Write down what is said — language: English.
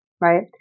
right